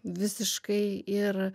visiškai ir